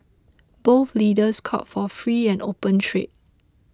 both leaders called for free and open trade